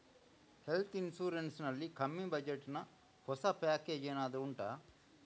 health insurance ನಲ್ಲಿ ಕಮ್ಮಿ budget ನ ಹೊಸ ಪ್ಯಾಕೇಜ್ ಏನಾದರೂ ಉಂಟಾ